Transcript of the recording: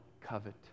covet